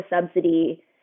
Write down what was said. subsidy